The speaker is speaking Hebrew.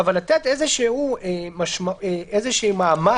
אי אפשר לבוא ולהתנות שתאגיד שפונה לעיכוב